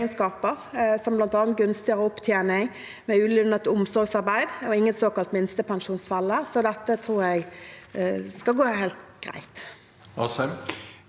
som bl.a. gunstigere opptjening ved ulønnet omsorgsarbeid og ingen såkalt minstepensjonsfelle, så dette tror jeg skal gå helt greit.